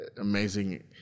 amazing